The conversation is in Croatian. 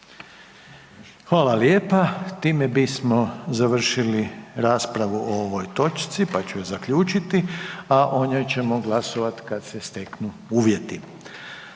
Hvala lijepa. Time bismo završili raspravu o ovoj točci, pa ću ju zaključiti, a o njoj ćemo glasovati kad se steknu uvjeti.